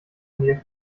nähe